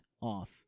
off